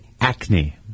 acne